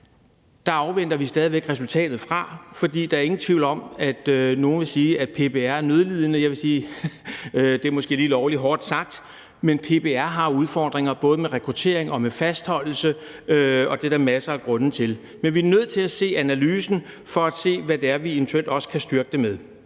Den afventer vi stadig væk at se resultatet af. Der er ingen tvivl om, at nogle vil sige, at PPR er nødlidende, men jeg vil sige, at det måske er lige lovlig hårdt sagt, men PPR har udfordringer både med rekruttering og fastholdelse, og det er der masser af grunde til. Men vi er nødt til at se analysen for at kunne se, hvordan vi eventuelt kan styrke det.